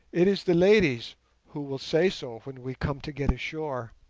it is the ladies who will say so when we come to get ashore.